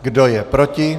Kdo je proti?